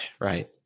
right